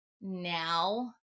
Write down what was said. now